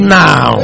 now